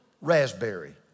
Raspberry